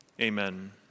Amen